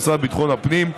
המשרד לביטחון הפנים,